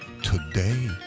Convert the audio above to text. Today